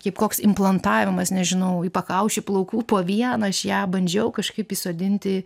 kaip koks implantavimas nežinau į pakaušį plaukų po vieną aš ją bandžiau kažkaip įsodinti